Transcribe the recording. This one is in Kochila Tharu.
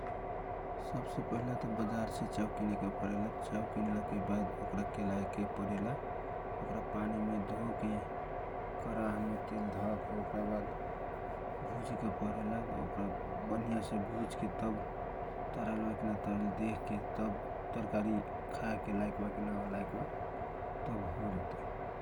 सब से पहिला बाजार मे छे च्याउ किने जाला च्याउ किनला के बाद ओकारा केलाए के परेला ओकरा पानी में धोके कारह में तेल धके ओकरा बाद भुजेके परेला ओकरा बनिया छे भुझके तराएल बाकी न ताराएल देखके तब तरकारी खाएके लायक बा कीन तव होज त इ ।